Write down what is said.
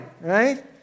right